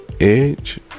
Edge